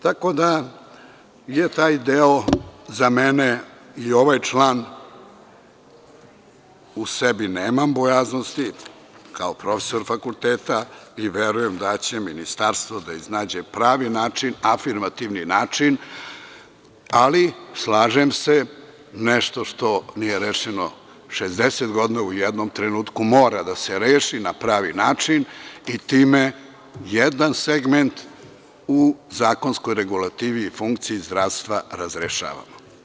Tako da je taj deo za mene i ovaj član, u sebi nemam bojaznosti kao profesor fakulteta, verujem da će ministarstvo da iznađe pravi način, afirmativni ali slažem se nešto što nije rešeno 60 godina u jednom trenutku mora da se reši na pravi način i time jedan segment u zakonskoj regulativi i funkciji zdravstva razrešava.